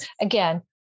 Again